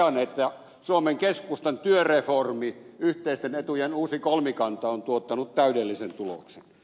totean että suomen keskustan työreformi yhteisten etujen uusi kolmikanta on tuottanut täydellisen tuloksen